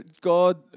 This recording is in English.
God